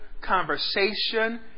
conversation